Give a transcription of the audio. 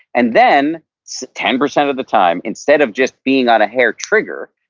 and then ten percent of the time instead of just being on a hair trigger,